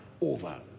over